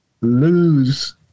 lose